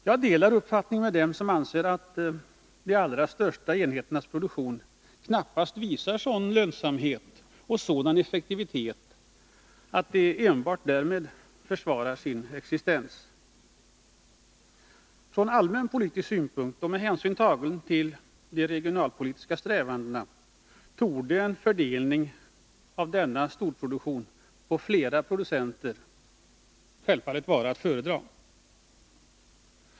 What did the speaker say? Jag delar uppfattning med dem som anser att de allra största enheternas produktion knappast visar sådana lönsamhetstal och sådan effektivitet att de enbart därmed försvarar sin existens. Från allmänpolitisk synpunkt och med hänsyn tagen till de regionalpolitiska strävandena torde en fördelning av denna storproduktion på flera producenter självfallet vara att föredra.